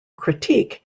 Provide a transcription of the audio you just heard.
critique